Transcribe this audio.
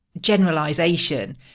generalization